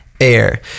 air